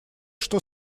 что